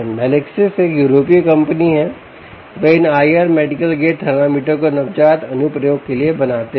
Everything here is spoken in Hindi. मेलाक्सिस एक यूरोपीय कंपनी है वे इन IR medical grade IR thermometer को नवजात अनुप्रयोग के लिए बनाते हैं